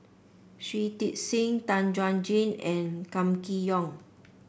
Shui Tit Sing Tan Chuan Jin and Kam Kee Yong